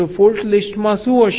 તો ફોલ્ટ લિસ્ટમાં શું હશે